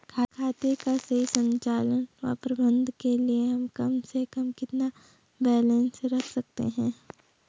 खाते का सही संचालन व प्रबंधन के लिए हम कम से कम कितना बैलेंस रख सकते हैं?